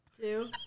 two